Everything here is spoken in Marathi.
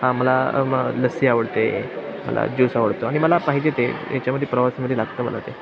हा मला म लस्सी आवडते मला ज्यूस आवडतो आणि मला पाहिजे ते याच्यामध्ये प्रवासमध्ये लागतं मला ते